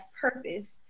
purpose